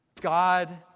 God